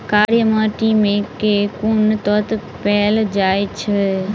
कार्य माटि मे केँ कुन तत्व पैल जाय छै?